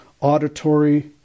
auditory